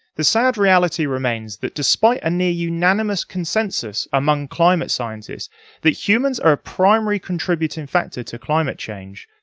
the sad reality remains that, despite a near unanimous consensus among climate scientists that humans are a primary contributing factor to climate change,